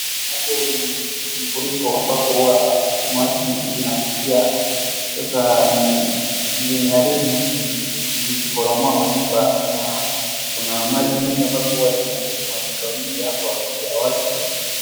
Hapo ni mfuriko ambapo huwa maji inapitia. Sasa ni imeharibu jiji zikoporomoa nyumba na kuna maji mingi ambapo huwa zina angusha manyumba mingi hapa ya watu.